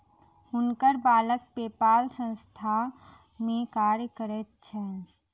हुनकर बालक पेपाल संस्थान में कार्य करैत छैन